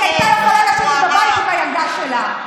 היא הייתה יכולה לשבת בבית עם הילדה שלה.